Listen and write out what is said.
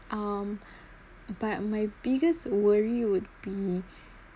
um but my biggest worry would be